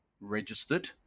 registered